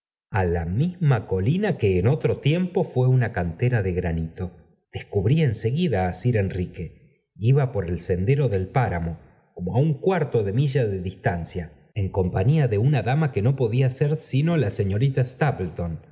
el teia misma colina que en otro tiempo fué una cantera de granito descubrí en seguida á sir enrique iba por el sendero del páramo como á un cuarto de milla de distancia en compañía de una dama que no podía ser sino la sefi